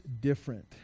different